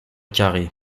carrée